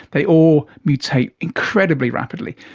they all mutate incredibly rapidly.